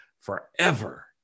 forever